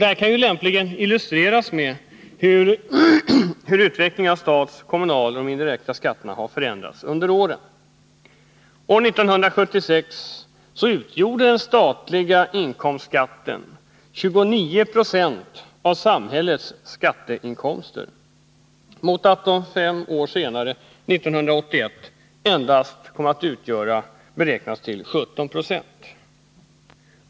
Det kan lämpligen illustreras med hur statsoch kommunalskatterna samt de indirekta skatterna har förändrats under åren. År 1976 utgjorde den statliga inkomstskatten 29 20 av samhällets skatteinkomster, jämfört med att tiska åtgärder den fem år senare, 1981, beräknas till endast 17 26.